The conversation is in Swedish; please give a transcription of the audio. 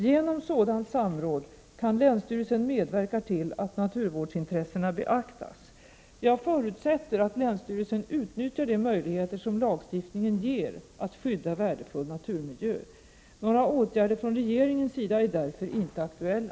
Genom sådant samråd kan länsstyrelsen medverka till att naturvårdsintressena beaktas. Jag förutsätter att länsstyrelsen utnyttjar de möjligheter som lagstiftningen ger att skydda värdefull naturmiljö. Några åtgärder från regeringens sida är därför inte aktuella.